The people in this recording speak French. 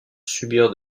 subir